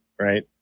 right